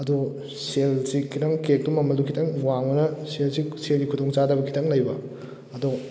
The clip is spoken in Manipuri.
ꯑꯗꯣ ꯁꯦꯜꯁꯦ ꯈꯤꯇꯪ ꯀꯦꯛꯇꯨ ꯃꯃꯜꯗꯨ ꯈꯤꯇꯪ ꯋꯥꯡꯂꯒ ꯁꯦꯜꯁꯤ ꯁꯦꯜꯒꯤ ꯈꯨꯗꯣꯡ ꯆꯥꯗꯕ ꯈꯤꯇꯪ ꯂꯩꯕ ꯑꯗꯣ